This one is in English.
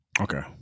Okay